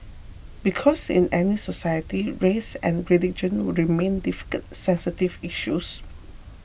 because in any society race and religion remain difficult sensitive issues